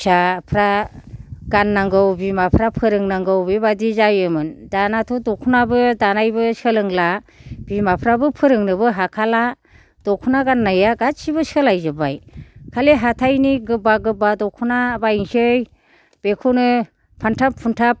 फिसाफ्रा गाननांगौ बिमाफ्रा फोरोंनांगौ बेबादि जायोमोन दानाथ' दख'नाबो दानायबो सोलोंला बिमाफ्राबो फोरोंनोबो हाखाला दख'ना गाननाया गासिबो सोलायजोबबाय खालि हाथायनि गोबा गोबा दख'ना बायनोसै बेखौनो फानथाब फुनथाब